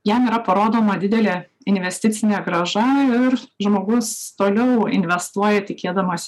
jam yra parodoma didelė investicinė grąža ir žmogus toliau investuoja tikėdamas